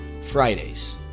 Fridays